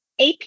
AP